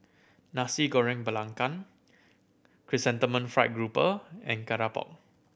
Nasi Goreng Belacan Chrysanthemum Fried Grouper and keropok